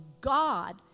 God